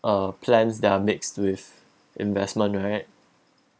uh plans they're mixed with investment right